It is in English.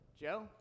Joe